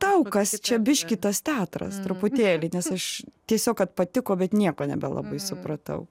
tau kas čia biškį tas teatras truputėlį nes aš tiesiog kad patiko bet nieko nebelabai supratau